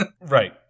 right